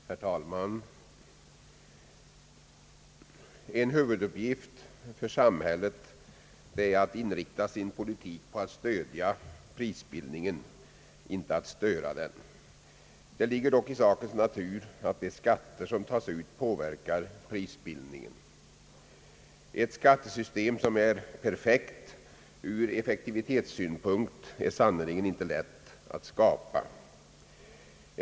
Herr talman! En huvuduppgift för samhället är att inrikta sin politik på att stödja prisbildningen, inte att störa den. Det ligger dock i sakens natur att de skatter som tas ut påverkar prisbildningen. Ett skattesystem som är perfekt ur effektivitetssynpunkt är sannerligen inte lätt att skapa.